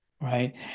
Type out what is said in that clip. right